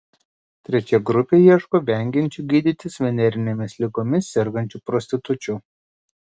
trečia grupė ieško vengiančių gydytis venerinėmis ligomis sergančių prostitučių